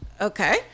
Okay